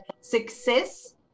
success